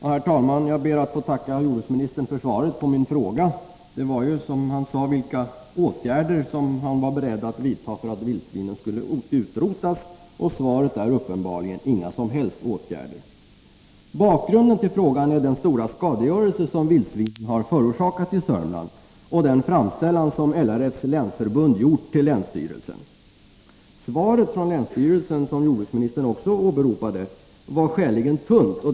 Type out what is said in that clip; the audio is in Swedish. Herr talman! Jag ber att få tacka jordbruksministern för svaret på min fråga om, som han sade, vilka åtgärder han var beredd att vidta för att vildsvinen skulle utrotas. Svaret är uppenbarligen att inga som helst åtgärder skall vidtas. Bakgrunden till frågan är den stora skadegörelse som vildsvinen har förorsakat i Södermanland och den framställan som LRF:s länsförbund har gjort till länsstyrelsen. Svaret från länsstyrelsen, vilket också jordbruksministern åberopar, är skäligen tunt.